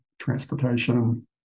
transportation